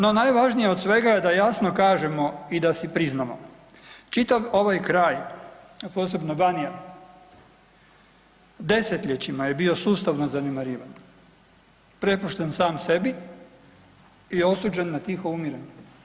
No, najvažnije od svega je da jasno kažemo i da si priznamo čitav ovaj kraj, a posebno Banija, desetljećima je bio sustavno zanemarivan, prepušten sam sebi i osuđen na tiho umiranje.